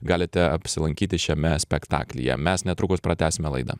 galite apsilankyti šiame spektaklyje mes netrukus pratęsime laidą